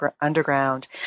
underground